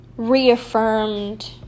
reaffirmed